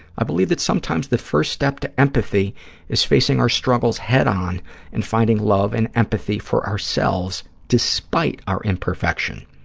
i believe that sometimes the first step to empathy is facing our struggles head-on and finding love and empathy for ourselves despite our imperfection.